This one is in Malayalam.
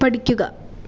പഠിക്കുക